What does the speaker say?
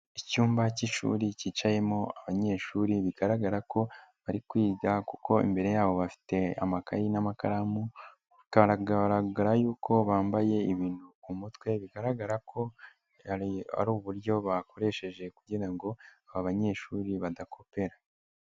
Icyumba cy'ishuri cyicayemo abanyeshuri bigaragara ko bari kwiga kuko imbere yabo bafite amakayi n'amakaramu bikagaragara yuko bambaye ibintu ku mutwe bigaragara ko ari uburyo bakoresheje kugira ngo aba banyeshuri badakopera.